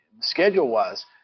schedule-wise